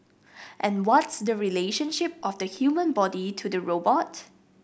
and what's the relationship of the human body to the robot